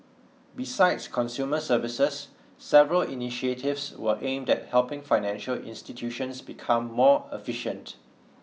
besides consumer services several initiatives were aimed at helping financial institutions become more efficient